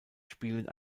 spielen